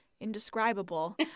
indescribable